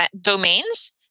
domains